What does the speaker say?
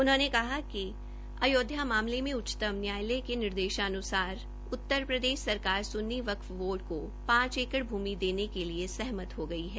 उनहोंने कहा कि अयोध्या मामले में उच्चतम न्यायालय के निर्देशानुसार उतरप्रदेश सरकार सुन्नी वक्फ की पांच एकड़ भूमि देने के लिए सहमत हो गई है